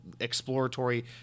exploratory